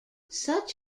such